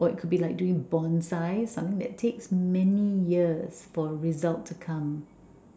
or it could be doing bonsai something that takes many years for a result to come